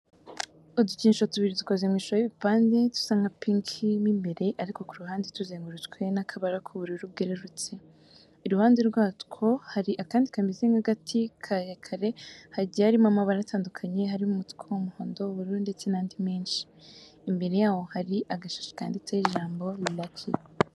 Udukinisho tubiri dukoze mu ishusho y'ibipande, dusa nka pinki mo imbere ariko ku ruhande tuzengurutswe n'akabara k'ubururu bwerurutse. Iruhande rwatwo hari akandi kameze nk'agati karekare kagiye karimo amabara atandukanye harimo umutuku, umuhondo, ubururu ndetse n'andi menshi. Imbere yabyo hari agashashi kanditseho ijambo lucky.